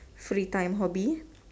free time hobby